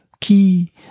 key